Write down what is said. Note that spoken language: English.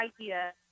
idea